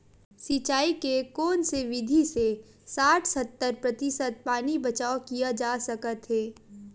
सिंचाई के कोन से विधि से साठ सत्तर प्रतिशत पानी बचाव किया जा सकत हे?